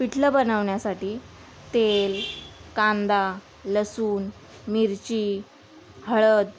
पिठलं बनवण्यासाठी तेल कांदा लसूण मिरची हळद